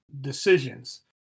decisions